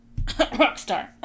Rockstar